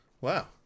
Wow